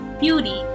beauty